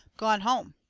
gone home.